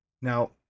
now